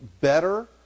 better